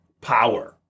power